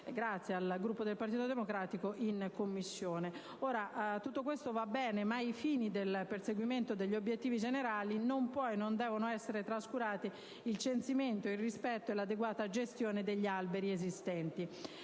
grazie al Gruppo del Partito Democratico in Commissione. Tutto questo va bene ma, ai fini del perseguimento degli obiettivi generali, non possono e non devono essere trascurati il censimento, il rispetto e l'adeguata gestione degli alberi esistenti.